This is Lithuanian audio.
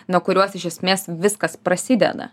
nuo kurios iš esmės viskas prasideda